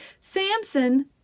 Samson